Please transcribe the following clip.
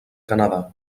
canadà